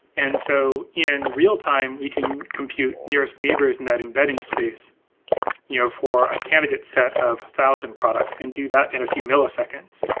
and so in real-time, we can compute nearest neighbors in that embedding space you know for a candidate set of a thousand products and do that and a few milliseconds.